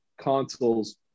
consoles